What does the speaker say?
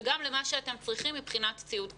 וגם למה שאתם צריכים מבחינת ציוד קצה.